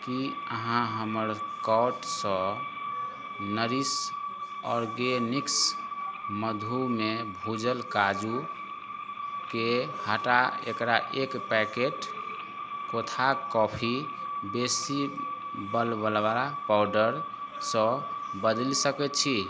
की अहाँ हमर काॅर्टसँ नाॅरिश ऑर्गेनिक्स मधुमे भूजल काजूकेँ हटा एकरा एक पैकेट कोथाज कॉफी बेसी बलवला पावडरसँ बदलि सकैत छी